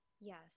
Yes